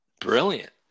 Brilliant